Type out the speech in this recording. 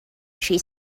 she